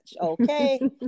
okay